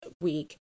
week